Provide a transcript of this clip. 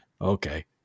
okay